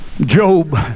Job